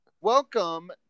Welcome